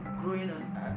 growing